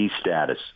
status